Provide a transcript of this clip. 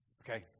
Okay